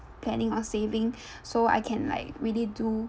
planning or saving so I can like really do